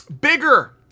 Bigger